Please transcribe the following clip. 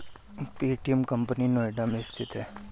Paytm company Noida में स्थित है